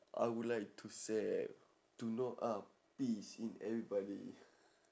I would like to say that to know ah peace in everybody